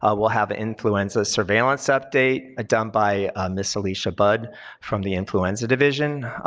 ah we'll have an influenza surveillance update ah done by ms. alicia budd from the influenza division.